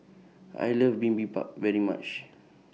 I like Bibimbap very much